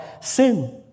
sin